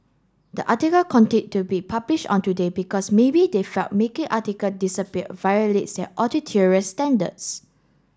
the article to be published on Today because maybe they felt making article disappear violates their editorial standards